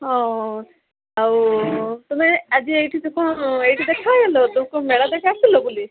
ହଁ ଆଉ ତମେ ଆଜି ଏଇଠି କ'ଣ ଏଇଠି ଦେଖା ହେଇଗଲ ତମେ କ'ଣ ମେଳା ଦେଖି ଆସିଥିଲ ବୁଲି